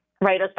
right